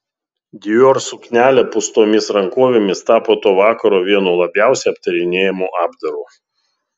dior suknelė pūstomis rankovėmis tapo to vakaro vienu labiausiai aptarinėjamu apdaru